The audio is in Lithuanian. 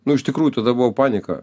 nu iš tikrųjų tada buvo panika